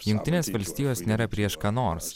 jungtinės valstijos nėra prieš ką nors